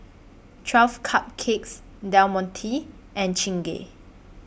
twelve Cupcakes Del Monte and Chingay